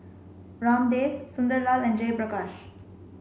Ramdev Sunderlal and Jayaprakash